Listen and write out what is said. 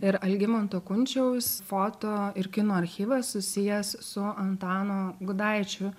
ir algimanto kunčiaus foto ir kino archyvas susijęs su antanu gudaičiu